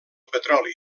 petroli